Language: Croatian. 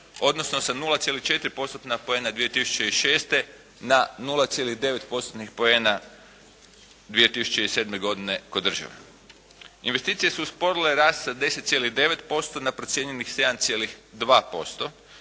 odnosno sa 0,4% postotna poena 2006. na 0,9 postotnih poena 2007. godine kod države. Investicije su usporile rast sa 10,9% na procijenjenih 7,2%